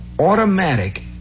automatic